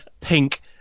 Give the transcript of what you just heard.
pink